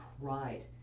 cried